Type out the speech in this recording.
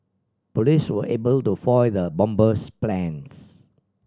police were able to foil the bomber's plans